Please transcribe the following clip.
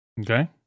Okay